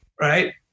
right